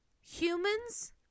humans